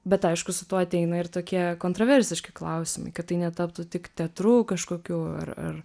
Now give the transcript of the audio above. bet aišku su tuo ateina ir tokie kontroversiški klausimai kad tai netaptų tik teatru kažkokiu ar ar